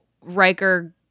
Riker